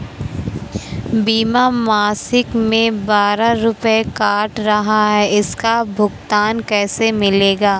बीमा मासिक में बारह रुपय काट रहा है इसका भुगतान कैसे मिलेगा?